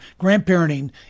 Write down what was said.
grandparenting